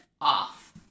off